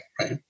right